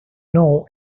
know